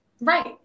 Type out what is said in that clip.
right